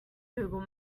google